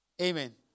Amen